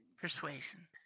Persuasion